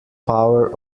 power